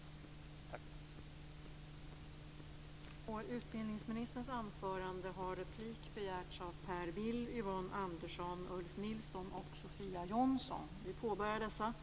Tack!